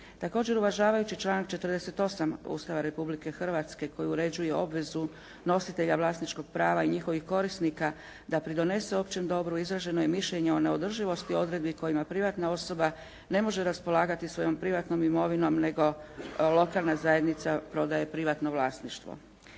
Također, uvažavajući članak 48. Ustava Republike Hrvatske koji uređuje obvezu nositelja vlasničkog prava i njihovih korisnika da pridonese općem dobru izraženo je mišljenje o neodrživosti odredbi kojima privatna osoba ne može raspolagati svojom privatnom imovinom nego lokalna zajednica prodaje privatno vlasništvo.